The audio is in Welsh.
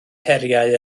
heriau